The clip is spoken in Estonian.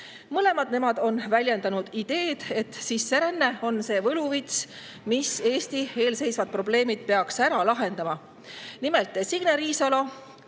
mõlemad on väljendanud ideed, et sisseränne on see võluvits, mis peaks Eesti ees seisvad probleemid ära lahendama. Nimelt, Signe Riisalo